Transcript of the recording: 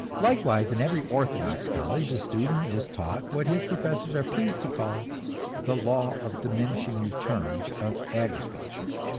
likewise in every orthodox college the student is taught what his professors are pleased to call the law of diminishing returns of agriculture.